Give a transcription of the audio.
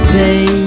day